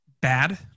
Bad